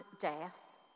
death